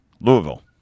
Louisville